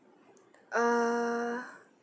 uh